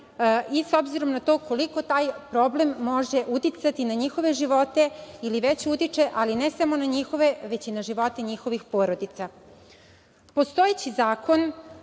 i s obzirom na to koliko taj problem može uticati na njihove živote ili već utiče, ali ne samo na njihove, već i na živote njihovih porodica. Postojeći zakon